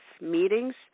meetings